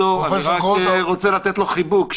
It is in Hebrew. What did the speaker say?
אני רק רוצה לתת לו חיבוק.